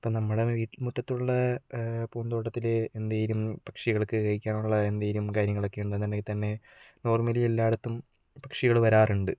ഇപ്പോൾ നമ്മുടെ വീട്ടുമുറ്റത്തുള്ള പൂന്തോട്ടത്തിൽ എന്തെങ്കിലും പക്ഷികൾക്ക് കഴിക്കാനുള്ള എന്തെങ്കിലും കാര്യങ്ങളൊക്കെ ഉണ്ടെന്നുണ്ടെങ്കിൽത്തന്നെ നോർമലി എല്ലായിടത്തും പക്ഷികൾ വരാറുണ്ട്